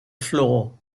floor